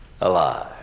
alive